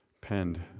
penned